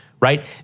Right